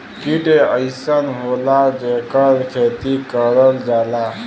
कीट अइसन होला जेकर खेती करल जाला